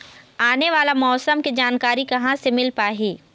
आने वाला मौसम के जानकारी कहां से मिल पाही?